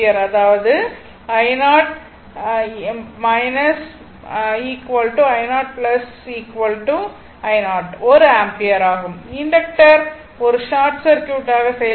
அதாவது i0 i0 i0 i0 ஒரு ampere ஆகும் இண்டக்டர் ஒரு ஷார்ட் சர்க்யூட் ஆக செயல்படுகிறது